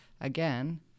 again